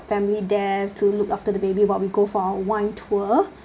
family there to look after the baby while we go for our wine tour